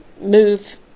move